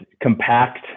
compact